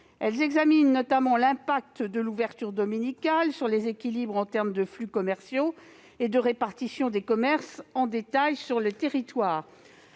Elles concernent notamment l'impact de l'ouverture dominicale sur les équilibres en termes de flux commerciaux et de répartition des commerces sur le territoire.